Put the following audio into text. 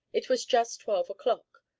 it was just twelve o'clock.